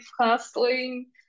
hustling